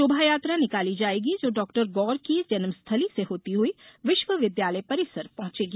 शोभायात्रा निकाली जायेगी जो डाक्टर गौर की जन्मस्थली से होती हुई विश्वविद्यालय परिसर पहुंचेगी